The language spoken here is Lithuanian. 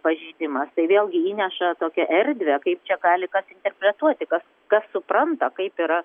pažeidimas tai vėlgi įneša tokią erdvę kaip čia gali kas interpretuoti kas kas supranta kaip yra